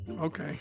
okay